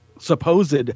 Supposed